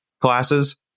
classes